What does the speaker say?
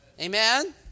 Amen